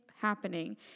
happening